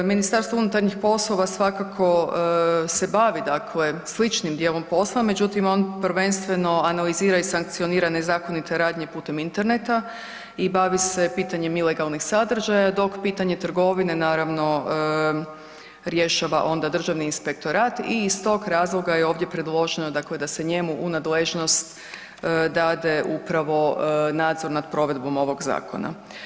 MUP svakako se bavi, dakle sličnim dijelom posla, međutim on prvenstveno analizira i sankcionira nezakonite radnje putem interneta i bavi se pitanjem ilegalnih sadržaja, dok pitanje trgovine naravno rješava onda državni inspektorat i iz tog razloga je ovdje predloženo, dakle da se njemu u nadležnost dade upravo nadzor nad provedbom ovog zakona.